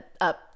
up